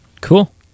Cool